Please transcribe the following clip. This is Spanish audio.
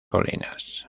colinas